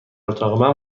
اتاق